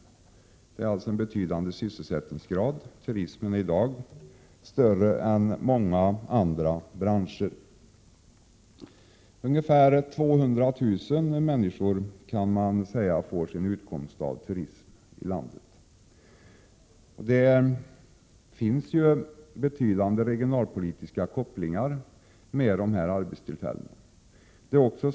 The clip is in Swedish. Turismen har alltså i dag en betydande sysselsättningsgrad, större än många andra branscher. Ungefär 200 000 människor i landet kan sägas få sin utkomst av turism. Det finns betydande regionalpolitiska kopplingar till dessa arbetstillfällen.